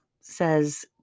says